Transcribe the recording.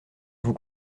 vous